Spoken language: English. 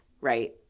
Right